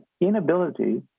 inability